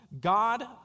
God